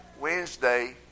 Wednesday